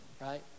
right